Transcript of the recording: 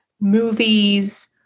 movies